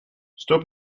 stop